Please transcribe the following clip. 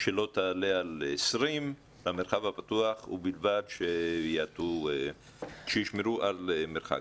שלא תעלה על 20 במרחב הפתוח ובלבד שישמרו על מרחק.